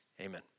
amen